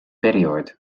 periood